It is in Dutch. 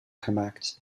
gemaakt